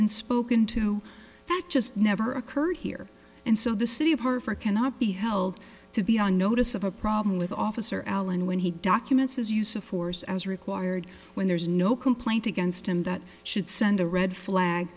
been spoken to that just never occurred here and so the city apart for cannot be held to be on notice of a problem with officer allen when he documents his use of force as required when there's no complaint against him that should send a red flag